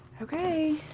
okay.